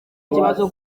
ikibazo